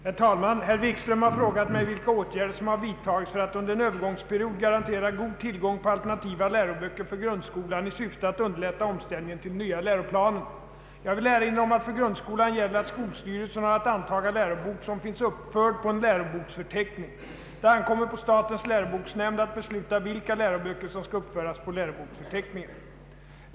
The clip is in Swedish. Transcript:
Herr talman! Herr Wikström har frågat mig, vilka åtgärder som vidtagits för att under en övergångsperiod garantera god tillgång på alternativa läroböcker för grundskolan i syfte att underlätta omställningen till den nya läroplanen. Jag vill erinra om att för grundskolan gäller att skolstyrelsen har att antaga lärobok som finns uppförd på en läroboksförteckning. Det ankommer på statens läroboksnämnd att besluta vilka läroböcker som skall uppföras på läroboksförteckningen.